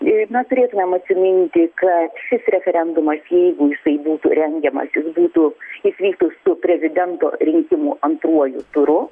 ir na turėtumėm atsiminti ka šis referendumas jeigu jisai būtų rengiamas jis būtų jis vyktų su prezidento rinkimų antruoju turu